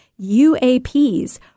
UAPs